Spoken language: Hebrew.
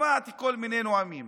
שמעתי כל מיני נואמים